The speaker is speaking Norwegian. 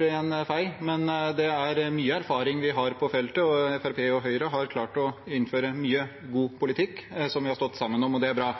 i en fei, men vi har mye erfaring på feltet. Fremskrittspartiet og Høyre har klart å innføre mye god politikk som vi har stått sammen om, og det er bra.